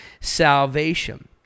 salvation